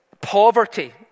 poverty